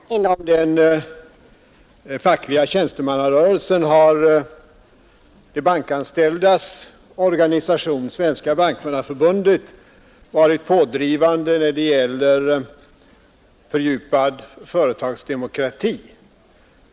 Herr talman! Inom den fackliga tjänstemannarörelsen har de bankanställdas organisation, Svenska bankmannaförbundet, varit pådrivande när det gäller fördjupad företagsdemokrati.